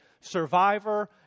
survivor